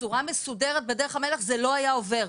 בצורה מסודרת בדרך המלך, זה לא היה עובר.